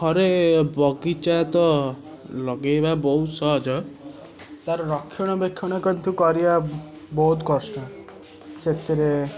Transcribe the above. ଘରେ ବଗିଚା ତ ଲଗାଇବା ବହୁତ ସହଜ ତା'ର ରକ୍ଷଣବେକ୍ଷଣ କିନ୍ତୁ କରିବା ବହୁତ କଷ୍ଟ ସେଥିରେ